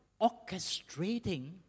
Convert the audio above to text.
orchestrating